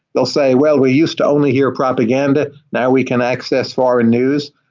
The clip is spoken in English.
they'll say, well, we used to only hear propaganda. now we can access foreign news.